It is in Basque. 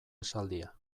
esaldia